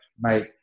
mate